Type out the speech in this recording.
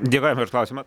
dėkojame už klausimą